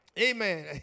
Amen